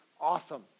awesome